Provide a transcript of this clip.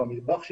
במטבח שלך,